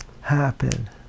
happen